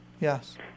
Yes